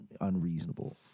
unreasonable